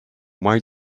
why